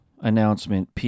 announcement